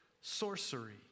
sorcery